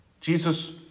Jesus